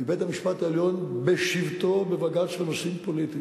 מבית-המשפט העליון בשבתו בבג"ץ בנושאים פוליטיים,